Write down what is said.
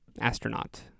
Astronaut